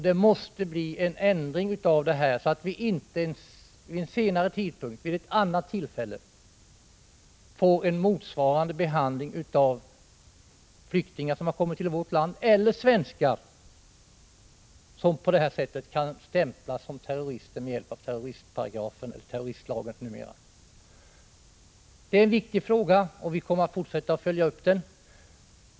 Det måste bli en ändring, så att det inte vid ett annat tillfälle sker motsvarande behandling av flyktingar som kommit till vårt land eller av svenskar, som kan stämplas som terrorister med hjälp av terroristlagen. Det är en viktig fråga, och vi kommer att fortsätta att följa upp den.